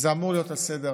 זה אמור להיות על סדר-היום,